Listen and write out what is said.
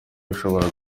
bishobora